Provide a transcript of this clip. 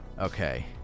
Okay